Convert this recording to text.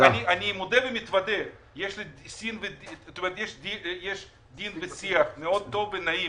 אני מודה ומתוודה שיש דין ושיח מאוד טוב ונעים